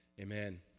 Amen